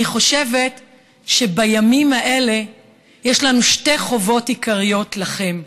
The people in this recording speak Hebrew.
אני חושבת שבימים האלה יש לנו שתי חובות עיקריות לכם: